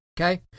Okay